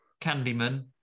Candyman